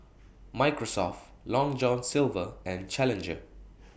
Microsoft Long John Silver and Challenger